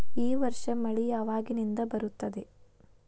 ಈ ವರ್ಷ ಮಳಿ ಯಾವಾಗಿನಿಂದ ಬರುತ್ತದೆ?